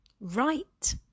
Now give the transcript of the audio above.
right